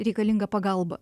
reikalinga pagalba